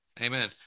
Amen